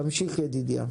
תמשיך, ידידיה.